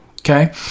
okay